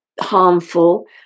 harmful